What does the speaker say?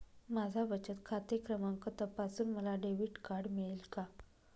माझा बचत खाते क्रमांक तपासून मला डेबिट कार्ड मिळेल का?